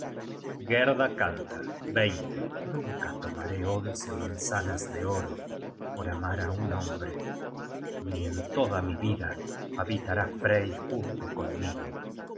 gerda canta nunca tomaré once manzanas de oro por amar á un hombre ni en toda mi vida habitará frey junto conmigo